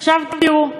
עכשיו, תראו,